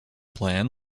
plan